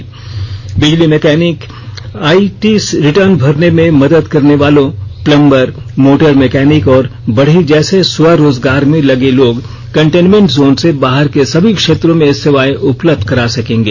तथा बिजली mechanic IT return भरने में मदद करने वालों प्लंबर मोटर मेकैनिक और बढ़ई जैसे स्वरोजगार में लगे लोग कंटेन्मेन्ट जोन से बाहर के सभी क्षेत्रों में सेवाएं उपलब्ध करा सकेंगे